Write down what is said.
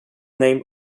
name